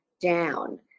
down